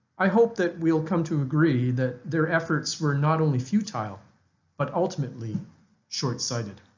i hope that we'll come to agree that their efforts were not only futile but ultimately short-sighted.